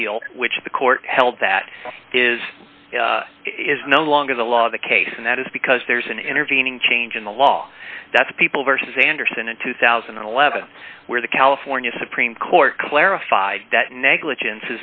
appeal which the court held that is is no longer the law of the case and that is because there's an intervening change in the law that's people versus anderson in two thousand and eleven where the california supreme court clarified that negligence